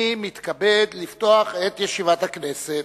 אני מתכבד לפתוח את ישיבת הכנסת.